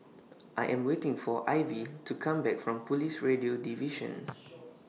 I Am waiting For Ivy to Come Back from Police Radio Division